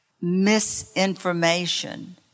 misinformation